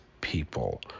people